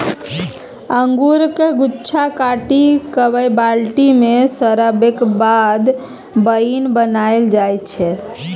अंगुरक गुच्छा काटि कए बाल्टी मे सराबैक बाद बाइन बनाएल जाइ छै